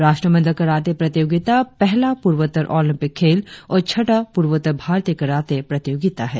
राष्ट्रमंडल कराटे प्रतियोगिता पहला पूर्वोत्तर ओलिंपिक खेल और छटा पूर्वोत्तर भारतीय कराटे प्रतियोगिता है